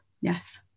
Yes